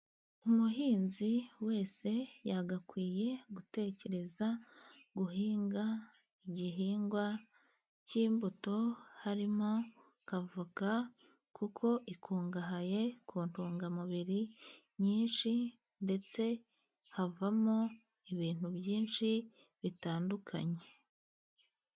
Umuhinzi wese yagakwiye gutekereza guhinga igihingwa k'imbuto, harimo avoka, kuko ikungahaye ku ntungamubiri nyinshi, ndetse havamo ibintu byinshi bitandukanye.